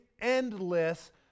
endless